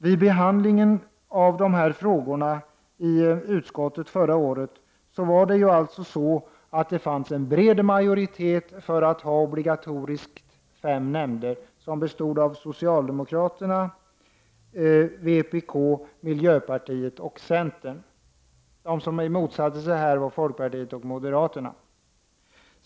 Vid behandlingen av dessa frågor i utskottet förra året fanns det en bred majoritet bestående av socialdemokraterna, vpk, miljöpartiet och centern för att det skall finnas fem obligatoriska nämnder. De som motsatte sig detta var folkpartiet och moderaterna.